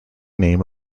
name